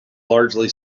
largely